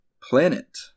planet